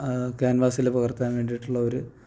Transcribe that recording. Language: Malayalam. ക്യാൻവാസില് പകർത്താൻ വേണ്ടിയിട്ടുള്ള ഒര്